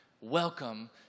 welcome